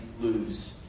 lose